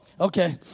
okay